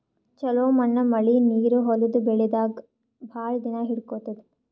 ಛಲೋ ಮಣ್ಣ್ ಮಳಿ ನೀರ್ ಹೊಲದ್ ಬೆಳಿದಾಗ್ ಭಾಳ್ ದಿನಾ ಹಿಡ್ಕೋತದ್